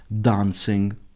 dancing